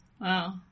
Wow